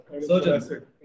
surgeon